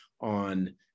on